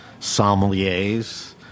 Sommeliers